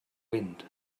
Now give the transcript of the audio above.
wind